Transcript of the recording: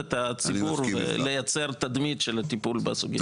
מורחת את הציבור ומייצרת תדמית של טיפול בסוגיה הזאת.